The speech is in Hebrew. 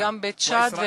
וגם בצ'אד,